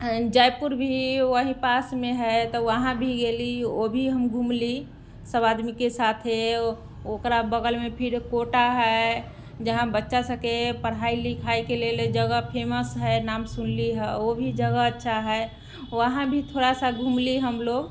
जयपुर भी वहीँ पासमे हइ तऽ वहाँभी गेली ओ भी हम घूमली सभ आदमीके साथे ओकरा बगलमे फिर कोटा हइ जहाँ बच्चासभके पढ़ाइ लिखाइके लेल जगह फेमस हइ नाम सुनली हेँ ओ भी जगह अच्छा हइ वहाँ भी थोड़ा सा घूमली हमलोग